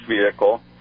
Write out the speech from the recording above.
vehicle